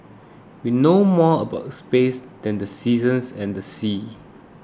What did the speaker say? we know more about space than the seasons and the sea